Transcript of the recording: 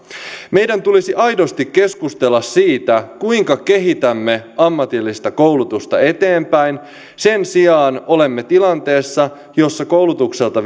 meidän tulisi aidosti keskustella siitä kuinka kehitämme ammatillista koulutusta eteenpäin sen sijaan olemme tilanteessa jossa koulutukselta